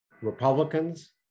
Republicans